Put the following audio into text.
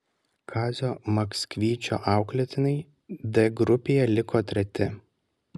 kazio maksvyčio auklėtiniai d grupėje liko treti